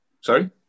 Sorry